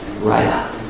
right